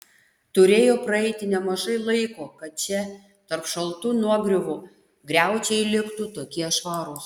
turėjo praeiti nemažai laiko kad čia tarp šaltų nuogriuvų griaučiai liktų tokie švarūs